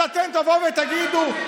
אז אתם תבואו ותגידו,